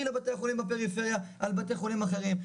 לבתי החולים בפריפריה על בתי חולים אחרים.